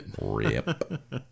Rip